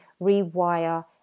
rewire